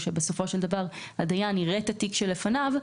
בסופו של דבר, הדיין יראה את התיק שלפניו,